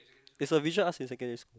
there's a visual arts in secondary school